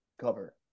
cover